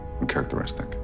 uncharacteristic